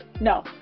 no